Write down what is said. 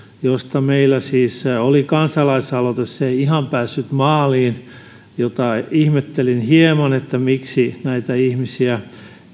josta meillä siis oli kansalaisaloite se ei ihan päässyt maaliin ja sitä ihmettelin hieman miksi näitä ihmisiä